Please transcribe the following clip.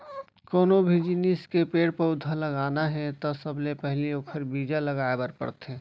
कोनो भी जिनिस के पेड़ पउधा लगाना हे त सबले पहिली ओखर बीजा लगाए बर परथे